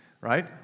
right